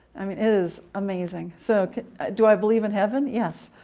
i mean it is amazing. so do i believe in heaven? yes,